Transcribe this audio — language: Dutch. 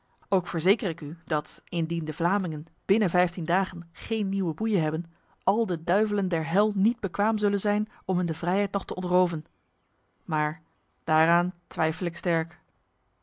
ook verzeker ik u dat indien de vlamingen binnen vijftien dagen geen nieuwe boeien hebben al de duivelen der hel niet bekwaam zullen zijn om hun de vrijheid nog te ontroven maar daaraan twijfel ik sterk